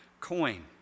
coin